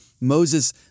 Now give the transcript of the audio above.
Moses